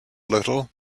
little